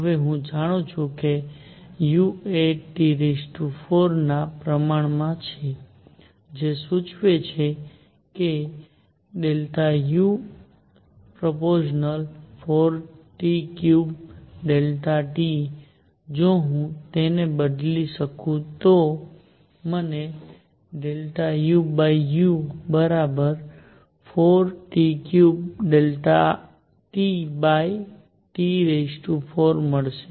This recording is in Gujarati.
હવે હું જાણું છું કે u એ T4ના પ્રમાણ માં છે જે સૂચવે છે કે u∝4T3T જો હું તેને બદલી શકું તો મને uu4T3TT4 મળશે